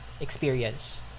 experience